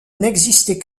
n’existait